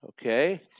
Okay